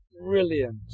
Brilliant